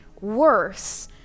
worse